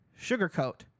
sugarcoat